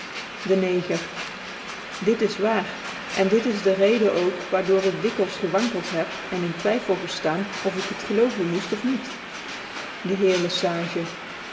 dc neger dit is waar cn dit is de reden ook waar door ik dikwils ewankclt heb cn in twyffol geftaan of ik het gcloovcn tnoeft or niet dc heer le sage